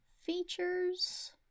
features